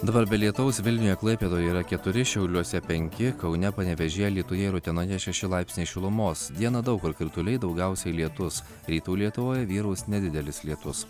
dabar be lietaus vilniuje klaipėdoje yra keturi šiauliuose penki kaune panevėžyje alytuje ir utenoje šeši laipsniai šilumos dieną daug kur krituliai daugiausiai lietus rytų lietuvoje vyraus nedidelis lietus